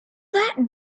that